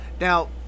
Now